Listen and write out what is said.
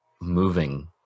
moving